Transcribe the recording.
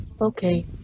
Okay